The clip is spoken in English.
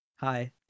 Hi